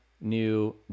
new